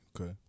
Okay